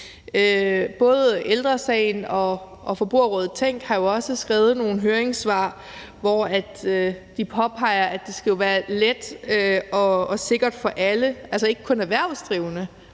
Både Ældre Sagen og Forbrugerrådet Tænk har jo også skrevet nogle høringssvar, hvor de påpeger, at det skal være let og sikkert for alle – altså ikke kun for de erhvervsdrivende,